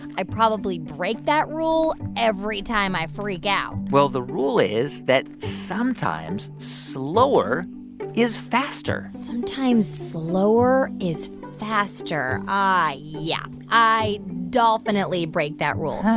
i probably break that rule every time i freak out well, the rule is that, sometimes, slower is faster sometimes, slower is faster. yeah. i dolphinitely break that rule.